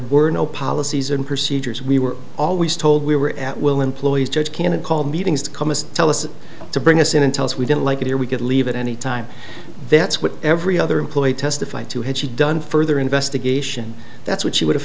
were no policies and procedures we were always told we were at will employees judge can call meetings to tell us to bring us in and tell us we didn't like it or we could leave at any time that's what every other employee testified to had she done further investigation that's what she would have